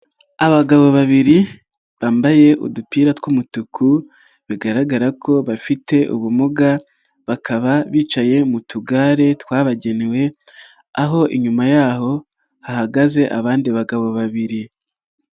Abagabo babiri bambaye udupira tw'umutuku bigaragara ko bafite ubumuga bakaba bicaye mu tugare twabagenewe, aho inyuma yaho hahagaze abandi bagabo babiri.